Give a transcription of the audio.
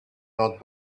not